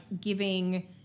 giving